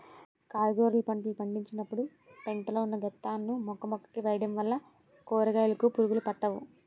కాయగుర పంటలు పండించినపుడు పెంట లో ఉన్న గెత్తం ను మొక్కమొక్కకి వేయడం వల్ల కూరకాయలుకి పురుగులు పట్టవు